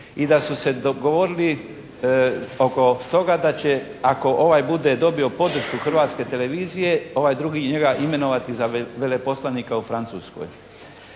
i da su se dogovorili oko toga da će ako ovaj bude dobio podršku Hrvatske televizije ovaj drugi njega imenovati za veleposlanika u Francuskoj.